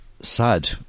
sad